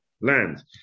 land